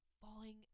falling